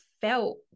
felt